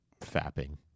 fapping